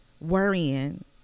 worrying